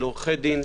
של עורכי דין,